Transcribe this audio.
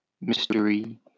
mystery